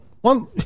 One